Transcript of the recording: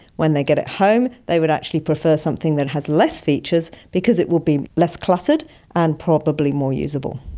when they get it home they would actually prefer something that has less features because it will be less cluttered and probably more usable.